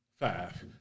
Five